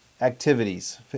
activities